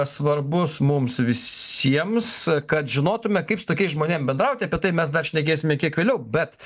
svarbus mums visiems kad žinotume kaip su tokiais žmonėm bendrauti apie tai mes dar šnekėsime kiek vėliau bet